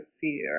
fear